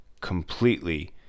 completely